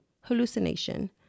Hallucination